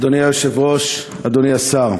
אדוני היושב-ראש, אדוני השר,